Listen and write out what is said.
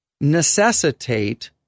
necessitate